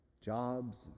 jobs